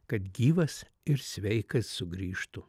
kad gyvas ir sveikas sugrįžtų